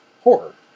horror